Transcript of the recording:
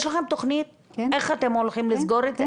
יש לכם תוכנית איך אתם הולכים לסגור את זה?